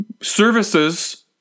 services